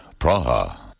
Praha